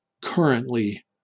currently